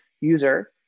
user